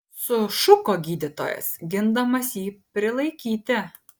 sušuko gydytojas gindamas jį prilaikyti